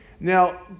Now